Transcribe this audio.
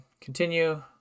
Continue